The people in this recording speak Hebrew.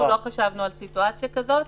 אנחנו לא חשבנו על סיטואציה כזו.